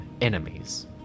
enemies